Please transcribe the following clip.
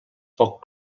poc